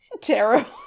terrible